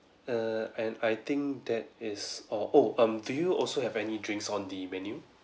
err and I think that is or oh um do you also have any drinks on the menu